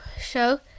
show